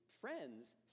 friends